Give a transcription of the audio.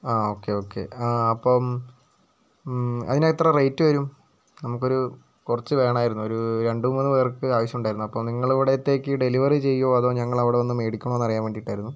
ആ okay okay ആ അപ്പം അതിനെത്ര റെയ്റ്റ് വരും നമുക്കൊരു കുറച്ച് വേണമായിരുന്നു ഒരു രണ്ടു മൂന്ന് പേർക്ക് ആവശ്യം ഉണ്ടായിരുന്നു അപ്പം നിങ്ങളിവിടുത്തേക്കു ഡെലിവറി ചെയ്യുമോ അതോ ഞങ്ങളവിടെ വന്നു മേടിക്കണോയെന്ന് അറിയാൻ വേണ്ടിയിട്ടായിരുന്നു